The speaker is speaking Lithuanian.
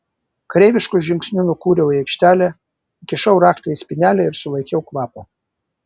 kareivišku žingsniu nukūriau į aikštelę įkišau raktą į spynelę ir sulaikiau kvapą